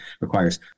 requires